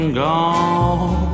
gone